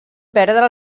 perdre